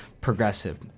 progressive